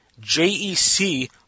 JEC